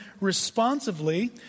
responsively